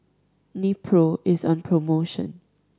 Nepro is on promotion